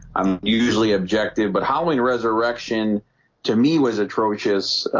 i'm usually objective. but how in resurrection to me was atrocious